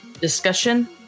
discussion